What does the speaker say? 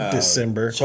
December